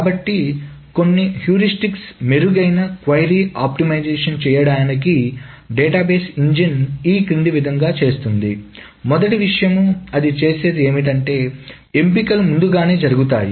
కాబట్టికొన్నియూరిస్టిక్స్ మెరుగైన query optimisation చేయడానికి database engine ఈ క్రింది విధంగా చేస్తుంది మొదటి విషయం అది చేసేది ఏమిటంటే ఎంపికలు ముందుగానే జరుగుతాయి